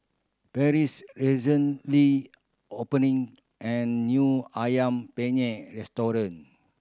Parrish recently opening an new Ayam Penyet restaurant